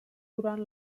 durant